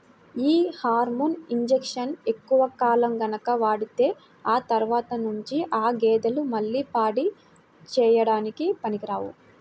యీ హార్మోన్ ఇంజక్షన్లు ఎక్కువ కాలం గనక వాడితే ఆ తర్వాత నుంచి ఆ గేదెలు మళ్ళీ పాడి చేయడానికి పనికిరావు